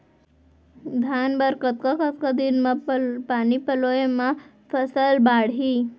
धान बर कतका कतका दिन म पानी पलोय म फसल बाड़ही?